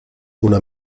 una